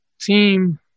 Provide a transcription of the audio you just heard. team